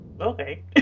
Okay